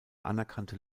anerkannte